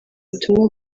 butumwa